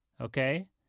okay